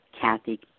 Kathy